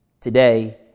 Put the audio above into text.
today